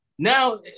Now